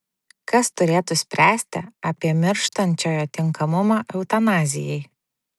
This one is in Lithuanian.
kas turėtų spręsti apie mirštančiojo tinkamumą eutanazijai